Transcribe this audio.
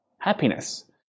happiness